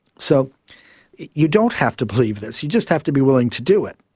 so you don't have to believe this, you just have to be willing to do it.